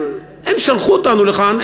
הם שלחו אותנו לכאן,